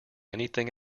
anything